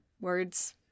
words